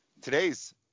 Today's